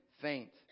faint